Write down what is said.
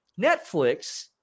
Netflix